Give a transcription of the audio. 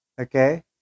Okay